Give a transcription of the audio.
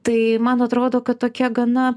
tai man atrodo kad tokia gana